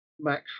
Max